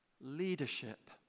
leadership